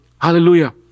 Hallelujah